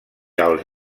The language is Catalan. als